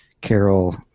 carol